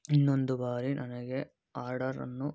ಇನ್ನೊಂದು ಬಾರಿ ನನಗೆ ಆರ್ಡರನ್ನು